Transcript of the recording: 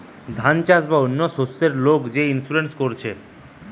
ধান চাষ বা অন্য শস্যের লোক যে ইন্সুরেন্স করতিছে